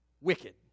wicked